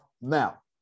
Now